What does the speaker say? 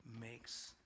makes